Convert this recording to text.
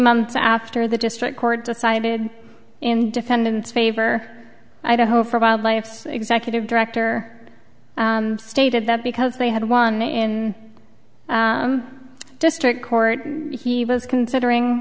months after the district court decided in defendant's favor i do hope for wildlife executive director stated that because they had won and district court he was considering